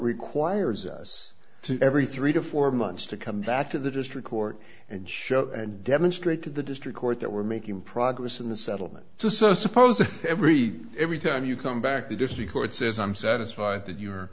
requires us to every three to four months to come back to the district court and show and demonstrate to the district court that we're making progress in the settlement so suppose every every time you come back the district court says i'm satisfied that you're